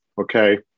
okay